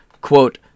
Quote